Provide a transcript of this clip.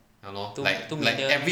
two two million